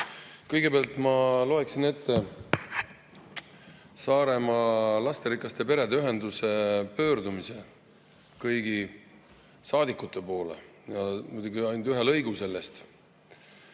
Kõigepealt ma loeksin ette Saaremaa Lasterikaste Perede Ühenduse pöördumise kõigi saadikute poole, muidugi ainult ühe lõigu sellest.